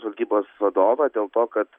žvalgybos vadovą dėl to kad